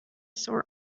sore